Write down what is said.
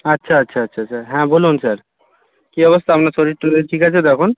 আচ্ছা আচ্ছা আচ্ছা আচ্ছা হ্যাঁ বলুন স্যার কী অবস্থা আপনার শরীর টরীর ঠিক আছে তো এখন